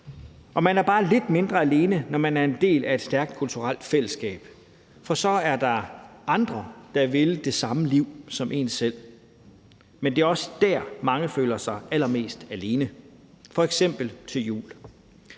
og man er bare lidt mindre alene, når man er en del af et stærkt kulturelt fællesskab, for så er der andre, der vil det samme liv som en selv. Men det er også der, mange føler sig allermest alene, f.eks. til jul.